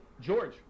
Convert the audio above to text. George